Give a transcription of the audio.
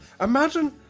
Imagine